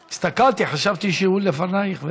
הסתכלתי, חשבתי שהוא לפנייך.